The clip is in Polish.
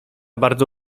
bardzo